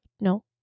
No